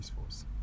force